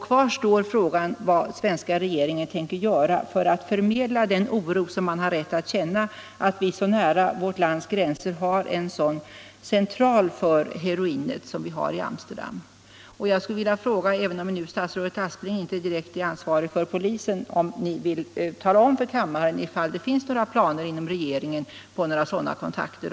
Kvar står frågan vad svenska regeringen tänker göra för att förmedla den oro man har rätt att känna inför det faktum att vi så nära vårt lands gränser har en sådan central för heroinet som vi har i Amsterdam. Jag skulle vilja fråga - även om statsrådet Aspling inte är direkt ansvarig för polisen - om ni vill tala om för kammaren huruvida det finns några planer inom regeringen på sådana kontakter.